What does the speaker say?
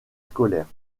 scolaires